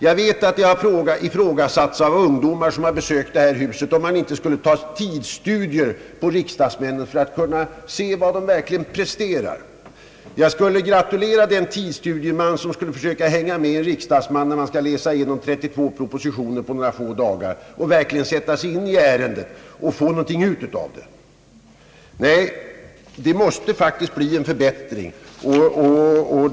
Ungdomar som har besökt riksdagshuset har ifrågasatt om man inte kunde ta tidsstudier på riksdagsmännen för att se vad dessa verkligen presterar. Jag skulle gratulera den tidsstudieman, som lyckas hänga med en riksdagsman när denne skall läsa igenom 32 propositioner på några få dagar och verkligen sätta sig in i ärendena och få någonting ut av det. Nej, det måste faktiskt bli en förbättring!